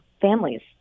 families